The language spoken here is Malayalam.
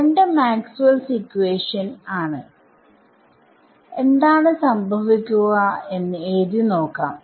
രണ്ടും മാക്സ്വെൽസ് ഇക്വേഷൻ Maxwells equation ആണ് എന്താണ് സംഭവിക്കുക എന്ന് എഴുതി നോക്കാം